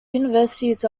universities